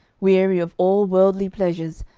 weary of all worldly pleasures,